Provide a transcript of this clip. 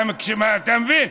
אתה מבין?